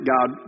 God